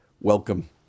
welcome